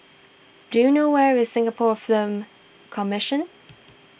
do you know where is Singapore Film Commission